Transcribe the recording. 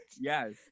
Yes